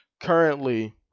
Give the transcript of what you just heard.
currently